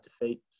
defeats